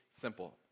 simple